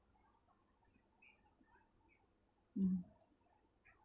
mm